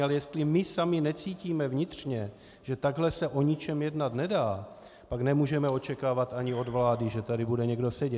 Ale jestli my sami necítíme vnitřně, že takhle se o ničem jednat nedá, pak nemůžeme očekávat ani od vlády, že tady bude někdo sedět.